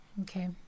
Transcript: Okay